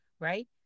right